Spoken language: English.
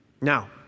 Now